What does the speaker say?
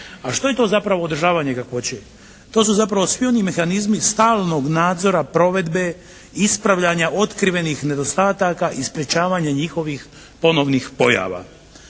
A što je to zapravo održavanje kakvoće? To su zapravo svi oni mehanizmi stalnog nadzora provedbe, ispravljanja otkrivenih nedostataka i sprječavanja njihovih ponovnih pojava.